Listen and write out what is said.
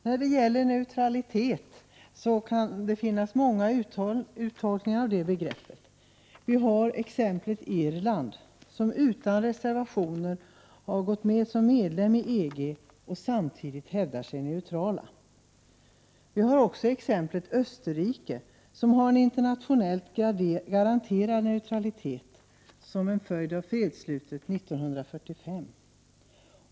Herr talman! Det finns olika uttolkningar av begreppet neutralitet. Vi har exemplet Irland, som utan reservationer har gått med som medlem i EG och samtidigt hävdar sig vara neutralt. Vi har exemplet Österrike, som har en internationellt garanterad neutralitet som en följd av fredsslutet 1945.